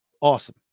Awesome